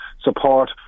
support